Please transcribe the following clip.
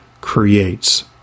creates